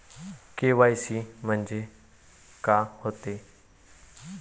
KYC म्हंनजे का होते?